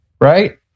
right